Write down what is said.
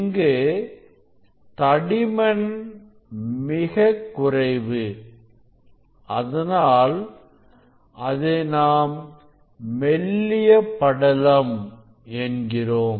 இங்கு தடிமன் மிகக்குறைவு அதனால் அதை நாம் மெல்லிய படலம் என்கிறோம்